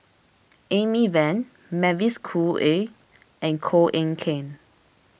Amy Van Mavis Khoo Oei and Koh Eng Kian